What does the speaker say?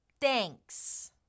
Thanks